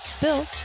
Bill